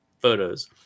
photos